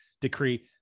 decree